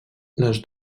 les